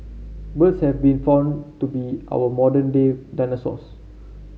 birds have been found to be our modern day dinosaurs